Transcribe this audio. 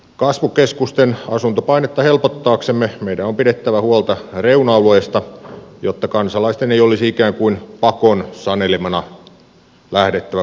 kasvukeskusten asuntopainetta helpottaaksemme meidän on pidettävä huolta reuna alueista jotta kansalaisten ei olisi ikään kuin pakon sanelemana lähdettävä kotiseuduiltaan